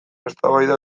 eztabaida